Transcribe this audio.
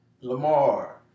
Lamar